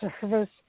service